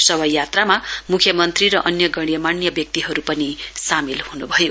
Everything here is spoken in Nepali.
शवयात्रामा मुख्यमन्त्री र अन्य गण्यमान्य व्यक्तिहरू पनि सामेल हुनुभयो